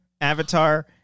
Avatar